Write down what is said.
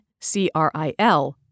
CRIL